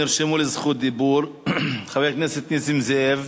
נרשמו לזכות דיבור: חבר הכנסת נסים זאב,